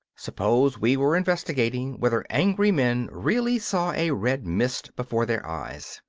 suppose we were investigating whether angry men really saw a red mist before their eyes.